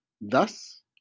Thus